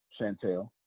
Chantel